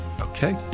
Okay